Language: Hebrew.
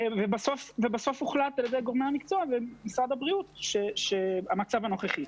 ובסוף הוחלט על ידי גורמי המקצוע ומשרד הבריאות כפי שהמצב הנוכחי.